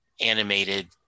animated